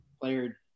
player